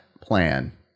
plan